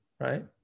right